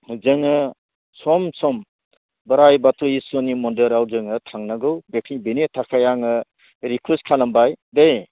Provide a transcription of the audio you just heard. जोङो सम सम बोराइ बाथौ इसोरनि मन्दिराव जोङो थांनांगौ बेखि बेनि थाखाय आङो रिकुइस्ट खालामबाय दै